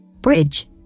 Bridge